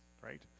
right